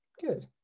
good